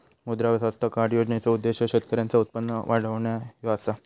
मुद्रा स्वास्थ्य कार्ड योजनेचो उद्देश्य शेतकऱ्यांचा उत्पन्न वाढवणा ह्यो असा